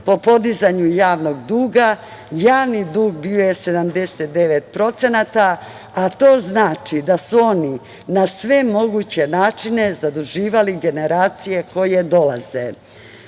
po podizanju javnog duga. Javni dug bio je 79%, a to znači da su oni na sve moguće načine zaduživali generacije koje dolaze. Ono